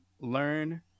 learn